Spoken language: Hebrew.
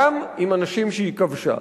גם עם אנשים שהיא כבשה,